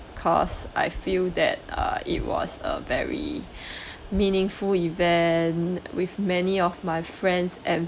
cause I feel that uh it was a very meaningful event with many of my friends and